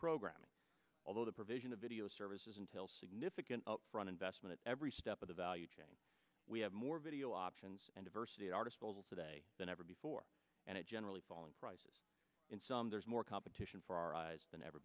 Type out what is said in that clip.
programming although the provision of video services until significant upfront investment at every step of the value chain we have more video options and diversity at our disposal today than ever before and it generally falling prices in some there's more competition for our eyes than ever